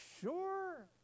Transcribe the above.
sure